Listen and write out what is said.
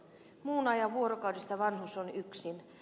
muun ajan vuorokaudesta vanhus on yksin